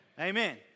Amen